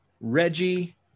Reggie